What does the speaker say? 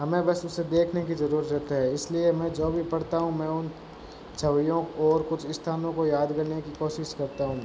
हमें बस उसे देखने की ज़रूरत है इसलिए मैं जो भी पढ़ता हूँ मैं उन छवियों को और कुछ स्थानों को याद करने की कोशिश करता हूँ